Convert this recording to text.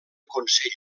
consell